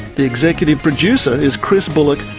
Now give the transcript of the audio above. the executive producer is chris bullock,